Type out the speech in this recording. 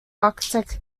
architect